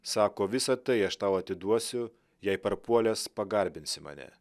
sako visa tai aš tau atiduosiu jei parpuolęs pagarbinsi mane